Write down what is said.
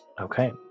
Okay